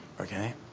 okay